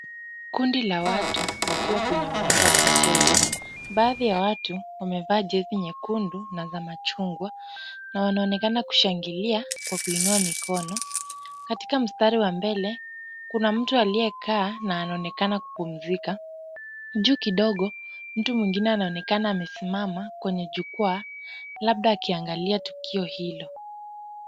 Kundi la watu wakiwa kwenye uwanja wa michezo. Baadhi ya watu wamevaa jezi nyekundu na za machungwa na wanaonekana kushangilia kwa kuinua mikono. Katika mstari wa mbele kuna mtu aliyekaa na anaonekana kupumzika. Juu kidogo mtu mwingine anaonekana amesimama kwenye jukwaa labda akiangalia tukio hilo.